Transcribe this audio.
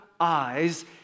eyes